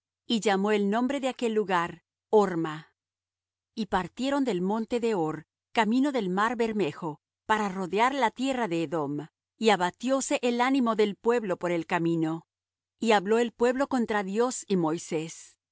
y llamó el nombre de aquel lugar horma y partieron del monte de hor camino del mar bermejo para rodear la tierra de edom y abatióse el ánimo del pueblo por el camino y habló el pueblo contra dios y moisés